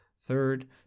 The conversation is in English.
Third